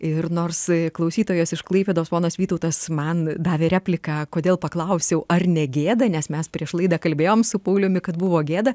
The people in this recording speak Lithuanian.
ir nors klausytojas iš klaipėdos ponas vytautas man davė repliką kodėl paklausiau ar negėda nes mes prieš laidą kalbėjom su pauliumi kad buvo gėda